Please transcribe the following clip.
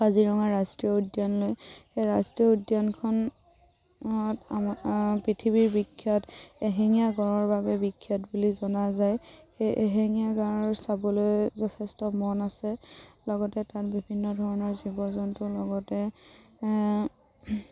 কাজিৰঙা ৰাষ্ট্ৰীয় উদ্যানলৈ সেই ৰাষ্ট্ৰীয় উদ্যানখন ত পৃথিৱীৰ বিখ্যাত এশিঙীয়া গঁড়ৰ বাবে বিখ্যাত বুলি জনা যায় সেই এশিঙীয়া গঁড় চাবলৈ যথেষ্ট মন আছে লগতে তাত বিভিন্ন ধৰণৰ জীৱ জন্তুৰ লগতে